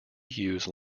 use